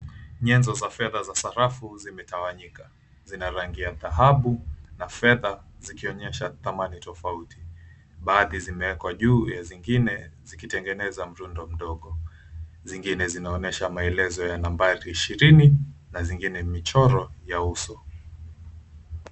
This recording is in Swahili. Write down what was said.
Nyenzo za fedha za sarafu zimetawanyika. Zina rangi ya dhahabu na fedha zikionyesha thamani tofauti. Baadhi zimewekwa juu na zingine zikitengeneza mrundo mdogo. Zingine zinaonyesha maelezo ya nambari ishirini na zingine michoro ya uso.